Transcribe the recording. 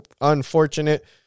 unfortunate